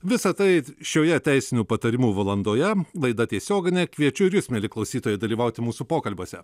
visa tai šioje teisinių patarimų valandoje laida tiesioginė kviečiu ir jus mieli klausytojai dalyvauti mūsų pokalbiuose